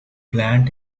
plant